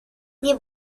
nie